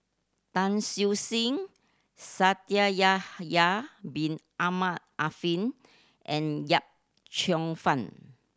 Tan Siew Sin Yahya Bin Ahmed Afifi and Yip Cheong Fun